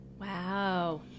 Wow